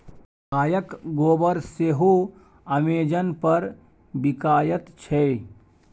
गायक गोबर सेहो अमेजन पर बिकायत छै